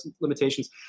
limitations